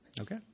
Okay